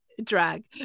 drag